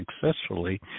successfully